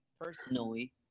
personally